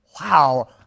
Wow